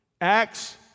Acts